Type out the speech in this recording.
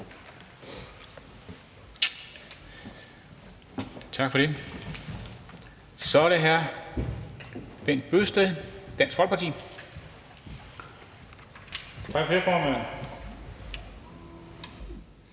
bemærkninger. Så er det hr. Bent Bøgsted, Dansk Folkeparti.